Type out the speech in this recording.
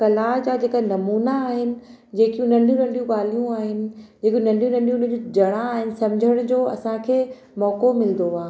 कला जा जेका नमूना आहिनि जेकियूं नंढियूं नंढियूं ॻाल्हियूं आहिनि जेकी नंढियूं नंढियूं उन में ॼणा आहिनि सम्झण जो असांखे मौक़ो मिलंदो आहे